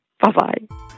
Bye-bye